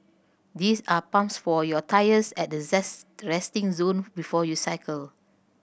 these are pumps for your tyres at the resting zone before you cycle